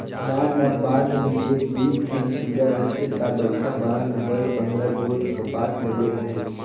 नान नान बांध में एक दुई ठन दुरा रहथे ता बड़खा बांध में दस पंदरा गोट कपाट लगे रथे